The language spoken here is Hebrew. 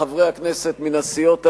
חברי הכנסת מהסיעות האלה,